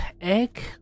egg